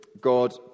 God